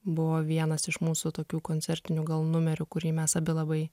buvo vienas iš mūsų tokių koncertinių gal numerių kurį mes abi labai